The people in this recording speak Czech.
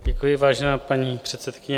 Děkuji, vážená paní předsedkyně.